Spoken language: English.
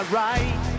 right